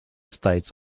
states